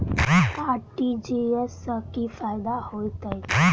RTGS सँ की फायदा होइत अछि?